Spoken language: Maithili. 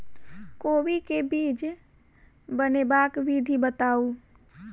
कोबी केँ बीज बनेबाक विधि बताऊ?